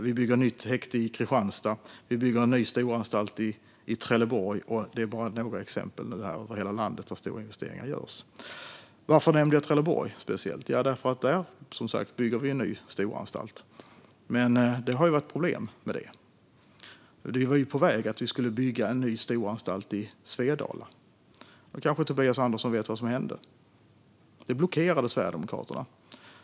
Vi bygger ett nytt häkte i Kristianstad. Vi bygger en ny storanstalt i Trelleborg. Detta är bara några exempel över hela landet där stora investeringar görs. Varför nämnde jag Trelleborg speciellt? Jo, det är för att vi som sagt bygger en ny storanstalt där. Men det har varit problem med det. Vi var på väg att bygga en ny storanstalt i Svedala, och Tobias Andersson vet kanske vad som hände. Sverigedemokraterna blockerade det.